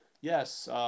yes